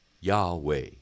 Yahweh